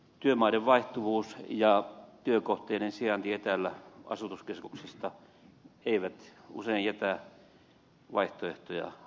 työmaiden vaihtuvuus ja työkohteiden sijainti etäällä asutuskeskuksista eivät usein jätä vaihtoehtoja